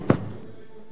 אדוני היושב-ראש,